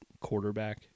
quarterback